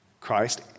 Christ